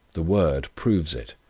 the word proves it.